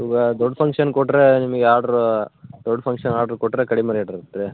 ಇವಾ ದೊಡ್ಡ ಫಂಕ್ಷನ್ ಕೊಟ್ಟರೆ ನಿಮಗೆ ಆರ್ಡ್ರೂ ದೊಡ್ಡ ಫಂಕ್ಷನ್ ಆರ್ಡ್ರ್ ಕೊಟ್ಟರೆ ಕಡಿಮೆ ರೇಟ್ ಇರುತ್ತೆ